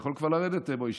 אני יכול כבר לרדת, משה?